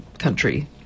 country